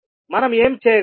మనం ఏమి చేయగలం